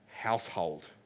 household